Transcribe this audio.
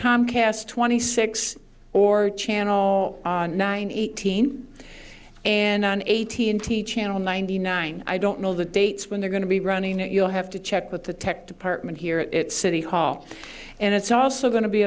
comcast twenty six or channel nine eighteen and eighteen teach channel ninety nine i don't know the dates when they're going to be running and you'll have to check with the tech department here at city hall and it's also going to be